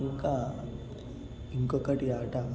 ఇంకా ఇంకా ఒకటి ఆట